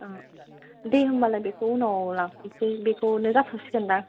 अ दे होम्बालाय बेखौ उनाव लांफैसै बेखौनो जाथ'सिगोन दां